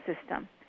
system